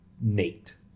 Nate